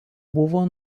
buvo